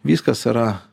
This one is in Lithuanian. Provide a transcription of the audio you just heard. viskas yra